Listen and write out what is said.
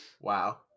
wow